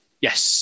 yes